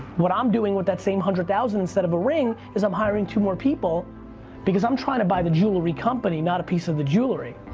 what i'm doing with that same hundred thousand instead of a ring is i'm hiring two more people because i'm trying to buy the jewelry company not a piece of the jewelry.